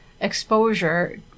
Exposure